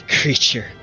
creature